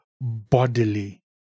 bodily